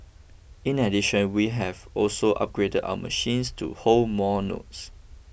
in addition we have also upgrade our machines to hold more notes